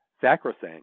sacrosanct